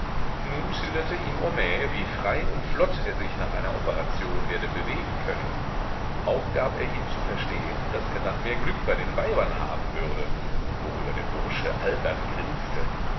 nun schilderte ihm homais wie frei und flott er sich nach einer operation werde bewegen können auch gab er ihm zu verstehen daß er dann mehr glück bei den weibern haben würde worüber der bursche albern grinste